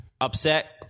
upset